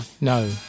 No